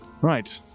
Right